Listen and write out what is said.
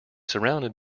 surrounded